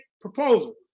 proposal